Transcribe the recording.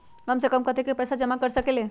सबसे कम कतेक पैसा जमा कर सकेल?